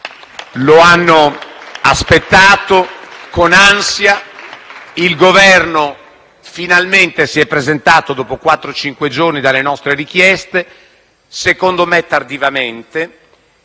Lo hanno aspettato con ansia. Il Governo finalmente si è presentato, dopo quattro o cinque giorni dalle nostre richieste, secondo me tardivamente.